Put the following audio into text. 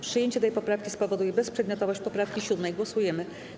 Przyjęcie tej poprawki spowoduje bezprzedmiotowość poprawki 7. Głosujemy.